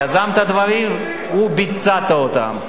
יזמת דברים וביצעת אותם.